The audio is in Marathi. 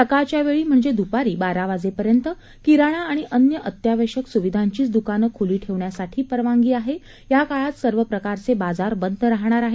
सकाळच्या वेळी म्हणजे दुपारी बारा वाजेपर्यंत किराणा आणि अन्य अत्यावश्य्क सुविधांचीच दुकानं खुली ठेवण्यासाठी परवानगी आहे या काळात सर्व प्रकारचे बाजार बंद राहणार आहेत